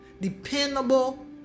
dependable